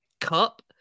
cup